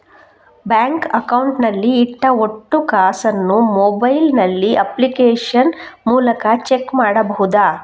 Bank account ನಲ್ಲಿ ಇಟ್ಟ ಒಟ್ಟು ಕಾಸನ್ನು ಮೊಬೈಲ್ ನಲ್ಲಿ ಅಪ್ಲಿಕೇಶನ್ ಮೂಲಕ ಚೆಕ್ ಮಾಡಬಹುದಾ?